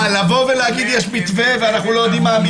לא יושבת איתך.